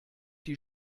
die